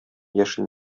яшен